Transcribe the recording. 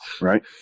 right